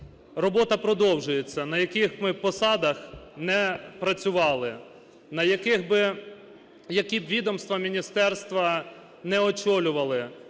робота продовжується, на яких ми посадах ми не працювали б, які б відомства, міністерства не очолювали.